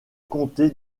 comté